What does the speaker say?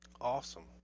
awesome